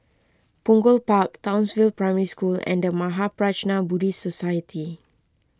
Punggol Park Townsville Primary School and the Mahaprajna Buddhist Society